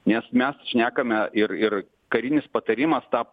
nes mes šnekame ir ir karinis patarimas tą